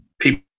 people